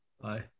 Bye